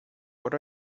what